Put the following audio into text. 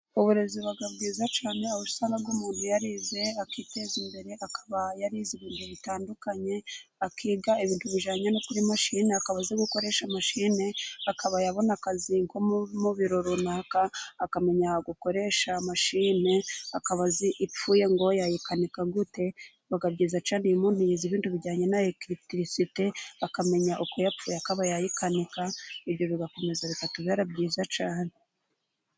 Uburezi buba bwiza cyane, aho usanga umuntu yarize akiteza imbere, akaba yarize ibintu bitandukanye, akiga ibintu ibijyanye no kuri mashini akaba azi gukoresha mashini, akaba yabona akazi mu biro runaka, akamenya gukoresha imashini, akaba azi ipfuye ngo yayikanika gute. Biba byiza cyane umuntu yarize ibindi bijyanye na elekitirisite, akamenya uko yapfuye akaba yayikanika, ibyo bigakomeza bikatubera byiza cyane.